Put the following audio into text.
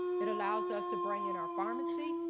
it allows us to bring in our pharmacy,